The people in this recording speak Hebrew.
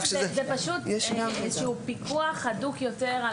זה פשוט איזשהו פיקוח הדוק יותר על